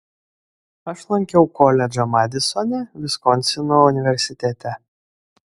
aš lankiau koledžą madisone viskonsino universitete